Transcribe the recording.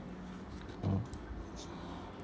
mm